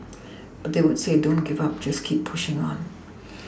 but they would say don't give up just keep pushing on